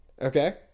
Okay